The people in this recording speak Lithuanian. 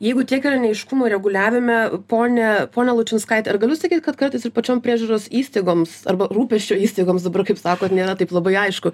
jeigu tiek yra neaiškumų reguliavime ponia ponia lučinskaite ar galiu sakyt kad kartais ir pačiom priežiūros įstaigoms arba rūpesčio įstaigoms dabar kaip sakot nėra taip labai aišku